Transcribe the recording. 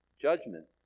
judgment